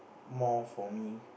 more for me